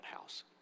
house